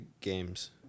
games